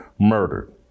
Murdered